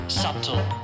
subtle